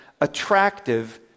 attractive